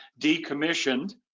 decommissioned